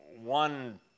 one